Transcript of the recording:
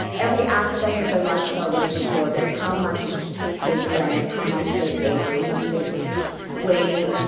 every aspect of their lifestyle was recorded how much they drank, how much they ate, how much they weighed,